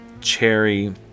cherry